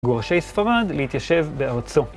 מגורשי ספרד להתיישב בארצו.